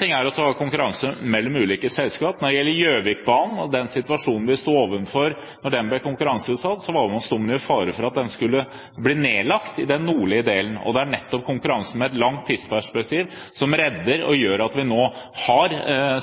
ting er å se på konkurranse mellom ulike selskap. Når det gjelder Gjøvikbanen og den situasjon vi sto overfor da den ble konkurranseutsatt, sto den i fare for at den skulle bli nedlagt i den nordlige delen, og det er nettopp konkurranse med et langt tidsperspektiv som redder og gjør at vi nå har